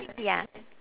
ya